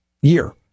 year